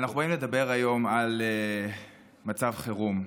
אנחנו באים לדבר היום על מצב חירום,